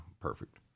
perfect